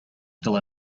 still